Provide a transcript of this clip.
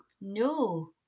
No